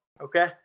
okay